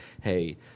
hey